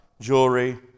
jewelry